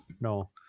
No